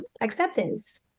acceptance